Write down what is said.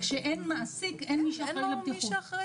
כשאין מעסיק, אין מי שאחראי